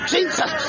Jesus